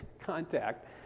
contact